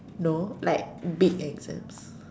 no like big exams